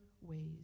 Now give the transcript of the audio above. ways